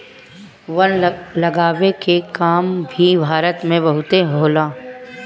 वन लगावे के काम भी भारत में बहुते होला